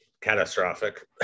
catastrophic